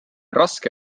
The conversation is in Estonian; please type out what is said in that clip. raske